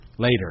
later